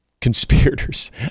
conspirators